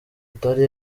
atari